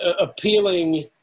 appealing